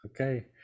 okay